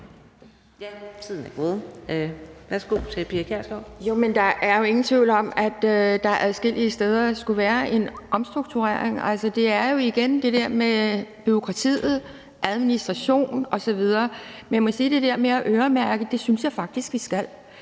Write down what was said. til Pia Kjærsgaard. Kl. 15:29 Pia Kjærsgaard (DF): Der er jo ingen tvivl om, at der adskillige steder burde være en omstrukturering. Altså, det er jo igen det der med bureaukratiet, administration osv. Men jeg må sige, at det der med at øremærke synes jeg faktisk vi skal.